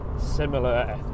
similar